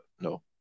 No